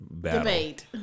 debate